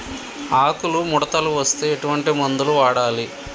ఆకులు ముడతలు వస్తే ఎటువంటి మందులు వాడాలి?